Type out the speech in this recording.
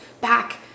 back